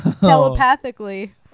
telepathically